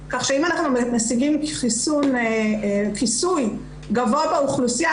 כך שאם אנחנו משיגים חיסון כיסוי גבוה באוכלוסייה,